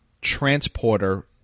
transporter